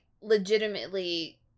legitimately